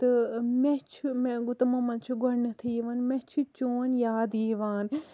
تہٕ مےٚ چھِ گوٚو تمو مَنٛز چھ گۄڈنیٚتھٕے مےٚ چھ چون یاد یِوان